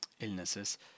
illnesses